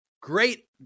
Great